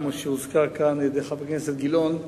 כמו שהזכיר כאן חבר הכנסת גילאון,